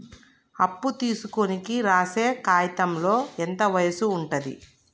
అప్పు తీసుకోనికి రాసే కాయితంలో ఎంత వయసు ఉంటది?